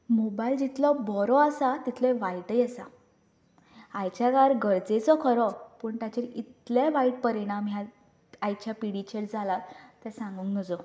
mobile जितलो बरो आसा तितलोच वायटूय आसा आयच्या काळार गरजेचो खरो पूण ताचे इतले वायट परिणाम ह्या आयच्या पिडीचेर जाल्यात तें सागन नजो